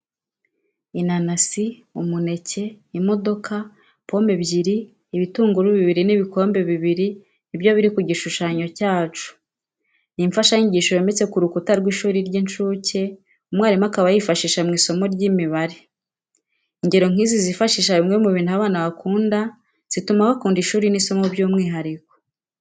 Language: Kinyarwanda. Inanasi, umuneke, imodoka, pome ebyiri, ibitunguru bibiri n'ibikombe bibiri nibyo biri ku gishushanyo cyacu. Ni imfashanyigisho yometse ku rukuta rw'ishuri ry'incuke, umwarimu akaba ayifashisha mu isomo ry'imibare. Ingero nk'izi zifashisha bimwe mu bintu abana bakunda zituma bakunda ishuri n'isomo by'umwihariko.